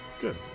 Good